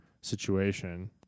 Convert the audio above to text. situation